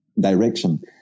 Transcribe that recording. direction